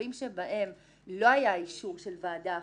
שבמצבים שבהם לא היה אישור של ועדה אחרת,